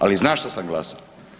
Ali znam što sam glasao.